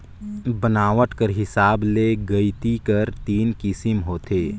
बनावट कर हिसाब ले गइती कर तीन किसिम होथे